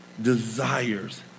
desires